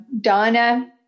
Donna